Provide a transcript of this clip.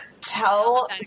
tell